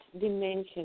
dimension